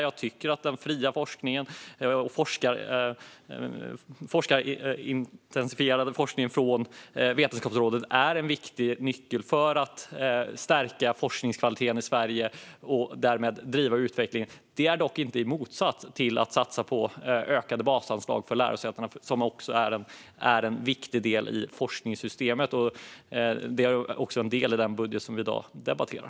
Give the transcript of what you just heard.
Jag tycker att den fria forskningen från Vetenskapsrådet och forskningsintensiteten är en viktig nyckel för att stärka forskningskvaliteten i Sverige och därmed driva på utvecklingen. Det är dock inte i motsats till att satsa på ökade basanslag till lärosätena som är en viktig del i forskningssystemet. Det är också en del i den budget som vi i dag debatterar.